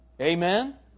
amen